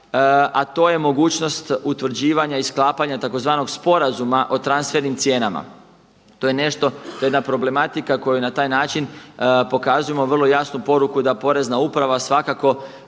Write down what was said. a to je mogućnost utvrđivanja i sklapanja tzv. sporazuma o transfernim cijenama. To je jedna problematika koju na taj način pokazujemo vrlo jasnu poruku da Porezna upravo svakako